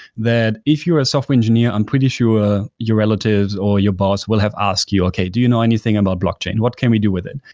that if you're a software engineer, i'm pretty sure your relatives or your boss will have asked you, okay. do you know anything about blockchain? what can we do with it?